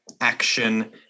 action